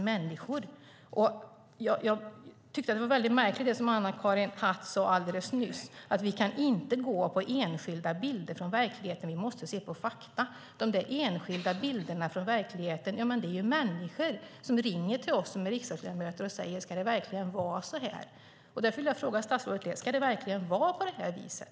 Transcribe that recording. Det Anna-Karin Hatt sade nyss var märkligt, nämligen att vi inte kan se bara på enskilda bilder från verkligheten utan att vi måste se på fakta. De enskilda bilderna från verkligheten utgör människor som ringer till oss riksdagsledamöter och undrar om det verkligen ska vara så. Ska det verkligen vara så, statsrådet?